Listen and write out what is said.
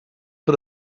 but